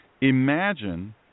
imagine